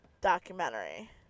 documentary